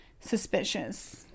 suspicious